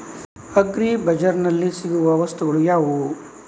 Agri ಬಜಾರ್ನಲ್ಲಿ ಸಿಗುವ ವಸ್ತುಗಳು ಯಾವುವು?